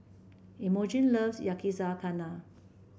Imogene loves Yakizakana